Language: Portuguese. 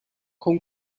com